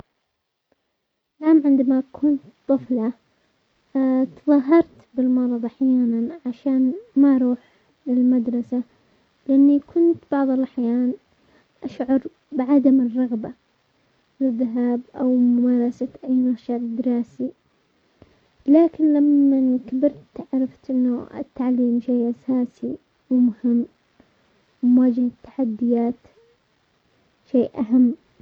نعم عندما كنت طفلة، تظاهرت بالمرض احيانا عشان ما اروح للمدرسة، لاني كنت بعد الاحيان اشعر بعدم الرغبة في الذهاب او ممارسة اي نشاط دراسي، لكن لمن كبرت عرفت انه التعليم شئ اساسي و مهم، و مواجهة التحديات شيء اهم.